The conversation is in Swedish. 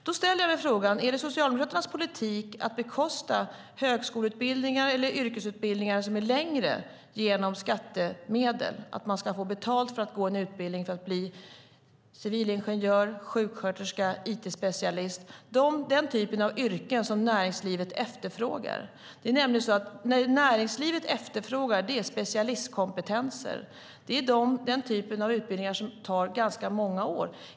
Jag ställer mig frågan om det är Socialdemokraternas politik att bekosta längre högskoleutbildningar eller yrkesutbildningar via skattemedel, att man ska få betalt för att gå en utbildning och bli civilingenjör, sjuksköterska, it-specialist, alltså utbilda sig i den typen av yrken som näringslivet efterfrågar. Det som näringslivet efterfrågar är nämligen specialistkompetens, och sådana utbildningar tar ganska många år.